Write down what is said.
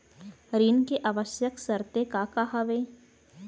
ऋण के आवश्यक शर्तें का का हवे?